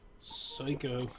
Psycho